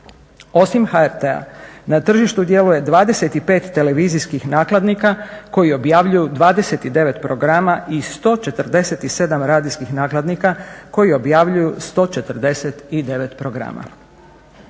Osim HRT-a na tržištu djeluje 25 televizijskih nakladnika koji objavljuju 29 programa i 147 radijskih nakladnika koji objavljuju 149 programa.